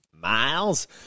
miles